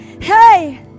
Hey